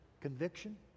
conviction